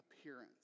appearance